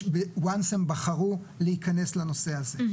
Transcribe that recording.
מרגע שהם בחרו להיכנס לנושא הזה.